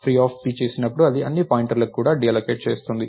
free చేసినప్పుడు ఇది అన్ని పాయింటర్లను కూడా డీఅల్లోకేట్ చేస్తుంది